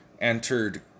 entered